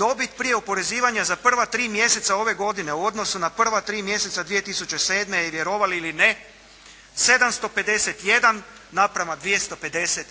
Dobit prije oporezivanja za prva 3 mjeseca ove godine u odnosu na prva 3 mjeseca 2007., vjerovali ili ne, 751 naprema 250